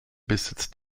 besitzt